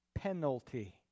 penalty